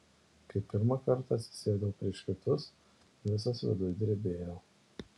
kai pirmą kartą atsisėdau prieš kitus visas viduj drebėjau